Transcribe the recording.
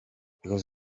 because